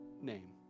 name